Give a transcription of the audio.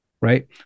right